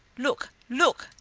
look! look!